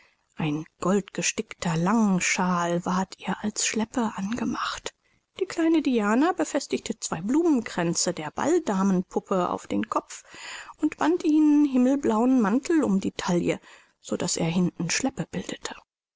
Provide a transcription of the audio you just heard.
ein goldgestickter longshawl ward ihr als schleppe angemacht die kleine diana befestigte zwei blumenkränze der balldamenpuppe auf den kopf und band ihren himmelblauen mantel um die taille so daß er hinten schleppe bildete